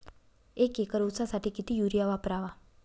एक एकर ऊसासाठी किती युरिया वापरावा?